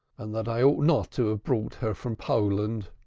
and that i ought not to have brought her from poland.